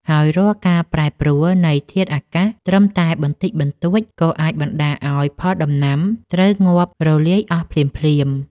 ហើយរាល់ការប្រែប្រួលនៃធាតុអាកាសត្រឹមតែបន្តិចបន្តួច ក៏អាចបណ្តាលឱ្យផលដំណាំត្រូវងាប់រលាយអស់ភ្លាមៗ។